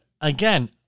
again